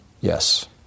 yes